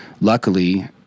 luckily